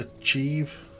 achieve